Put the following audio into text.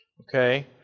Okay